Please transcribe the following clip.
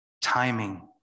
timing